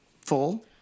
full